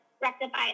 rectify